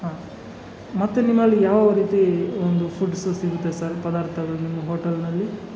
ಹಾಂ ಮತ್ತೆ ನಿಮ್ಮಲ್ಲಿ ಯಾವ ರೀತಿ ಒಂದು ಫುಡ್ಸು ಸಿಗುತ್ತೆ ಸರ್ ಪದಾರ್ಥಗಳು ನಿಮ್ಮ ಹೋಟಲ್ನಲ್ಲಿ